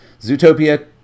Zootopia